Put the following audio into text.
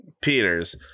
Peters